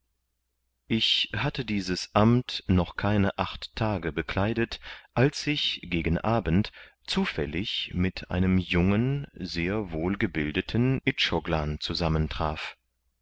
ich hatte dies amt noch keine acht tage bekleidet als ich gegen abend zufällig mit einem jungen sehr wohlgebildeten